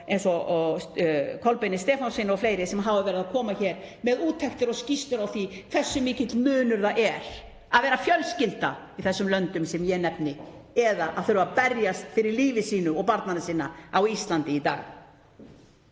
eins og Kolbeini Stefánssyni og fleirum sem hafa verið að koma hér með úttektir og skýrslur um það hversu mikill munur það er að vera fjölskylda í þessum löndum sem ég nefni eða að þurfa að berjast fyrir lífi sínu og barnanna sinna á Íslandi í dag.